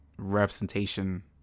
representation